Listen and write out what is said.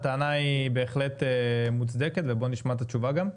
הטענה היא בהחלט מוצדקת ובוא נשמע את התשובה גם.